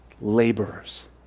laborers